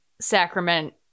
sacrament